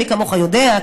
ומי כמוך יודע,